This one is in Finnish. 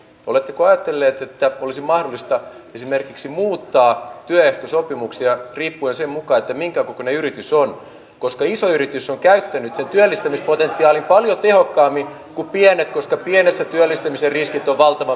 oletteko ajatelleet että olisi mahdollista esimerkiksi muuttaa työehtosopimuksia riippuen sen mukaan mitä me yritys on kosteissa yritys därför har svenska riksdagsgruppen efterlyst ett gemensamt kostnadstak ett gemensamt självrisktak för dessa kostnader